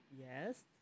Yes